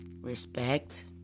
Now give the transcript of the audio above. respect